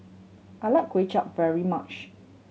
I like Kway Chap very much